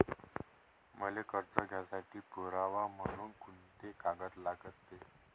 मले कर्ज घ्यासाठी पुरावा म्हनून कुंते कागद लागते?